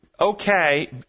okay